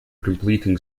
completing